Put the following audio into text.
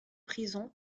prison